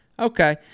Okay